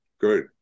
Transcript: good